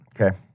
Okay